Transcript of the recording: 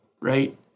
right